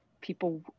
people